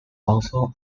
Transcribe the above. also